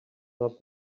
not